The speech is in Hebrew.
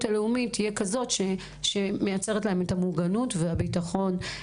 הלאומית תהיה כזו שמייצרת להם מוגנות וביטחון.